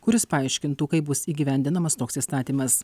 kuris paaiškintų kaip bus įgyvendinamas toks įstatymas